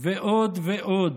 ועוד ועוד.